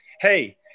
hey